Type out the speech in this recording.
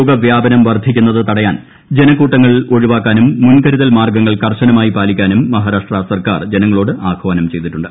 രോഗവ്യാപനും പ്പ്ർദ്ധിക്കുന്നത് തടയാൻ ജനക്കൂട്ടങ്ങൾ ഒഴിവാക്കാനും മുൻകരൂതൽ മാർഗ്ഗങ്ങൾ കർശനമായി പാലിക്കാനും മഹാരാഷ്ട്ര സർക്കാർ ജനങ്ങളോട് ആഹ്വാനം ചെയ്തിട്ടുണ്ട്